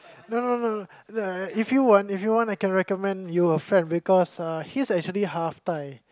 no no no no no if you want if you want I can recommend you a friend because uh he's actually half Thai